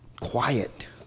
Quiet